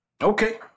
Okay